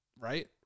Right